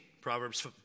Proverbs